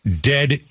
dead